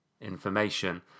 information